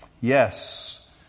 Yes